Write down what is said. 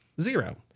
zero